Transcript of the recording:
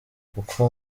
kuko